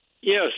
yes